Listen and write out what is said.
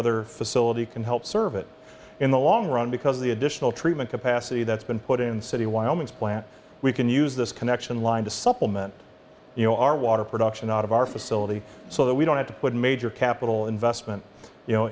other facility can help serve it in the long run because of the additional treatment capacity that's been put in city wyoming's plant we can use this connection line to supplement you know our water production out of our facility so that we don't have to put major capital investment you know